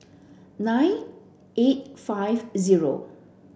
nine eight five zero